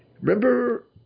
remember